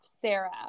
Sarah